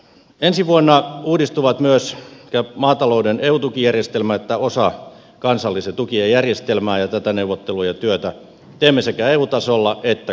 ensi vuonna uudistuvat myös sekä maatalouden eu tukijärjestelmä että osa kansallisten tu kien järjestelmää ja tätä neuvottelua ja työtä teemme sekä eu tasolla että kansallisella tasolla